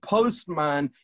Postman